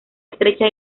estrecha